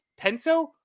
Penso